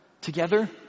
together